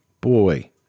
Boy